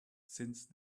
since